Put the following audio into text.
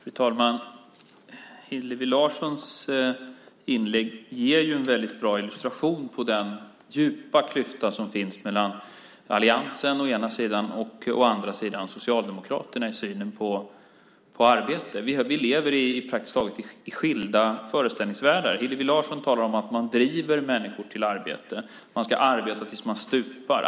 Fru talman! Hillevi Larssons inlägg ger en väldigt bra illustration på den djupa klyfta som finns mellan alliansen å ena sidan och Socialdemokraterna på den andra i synen på arbete. Vi lever i praktiskt taget skilda föreställningsvärldar. Hillevi Larsson talar om att vi driver människor till arbete, att man ska arbeta tills man stupar.